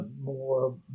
more